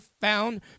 found